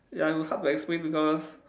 ya it was hard to explain because